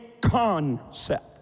concept